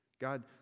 God